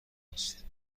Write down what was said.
است